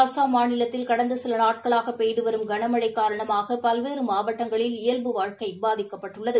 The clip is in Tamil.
அஸ்ஸாம் மாநிலத்தில் கடந்தசிலநாட்களாகபெய்துவரும் கனமழைகாரணமாகபல்வேறுமாவட்டங்களில் இயல்பு வாழ்க்கைபாதிக்கப்பட்டுள்ளது